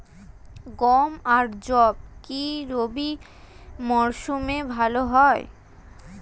গম আর যব কি রবি মরশুমে ভালো হয়?